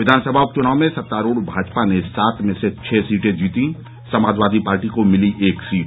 विधानसभा उपच्नाव में सत्तारूढ भाजपा ने सात में से छह सीट जीती समाजवादी पार्टी को मिली एक सीट